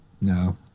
no